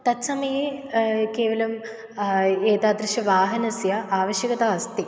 तत्समये केवलं एतादृशस्य वाहनस्य आवश्यकता अस्ति